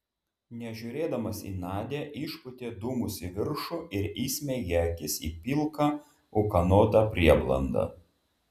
nežiūrėdamas į nadią išpūtė dūmus į viršų ir įsmeigė akis į pilką ūkanotą prieblandą